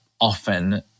often